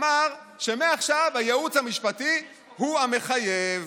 אמר שמעכשיו הייעוץ המשפטי הוא המחייב.